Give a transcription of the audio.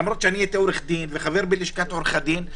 למרות שהייתי עורך דין וחבר בלשכת עורכי הדין.